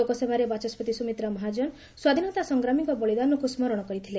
ଲୋକସଭାରେ ବାଚସ୍କତି ସୁମିତ୍ରା ମହାଜନ ସ୍ୱାଧୀନତା ସଂଗ୍ରାମୀଙ୍କ ବଳିଦାନକୁ ସ୍କରଣ କରିଥିଲେ